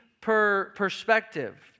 perspective